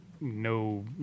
no